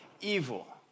evil